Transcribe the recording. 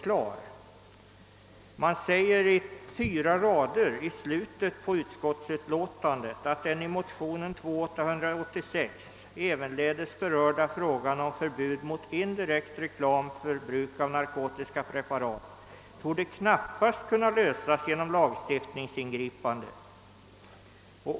Utskottet skriver på fyra rader i slutet av utlåtandet: »Den i motionen II: 886 ävenledes berörda frågan om förbud mot indirekt reklam för bruk av narkotiska preparat torde knappast kunna lösas genom lagstiftningsingripande.